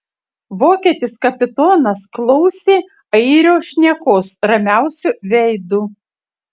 vokietis kapitonas klausė airio šnekos ramiausiu veidu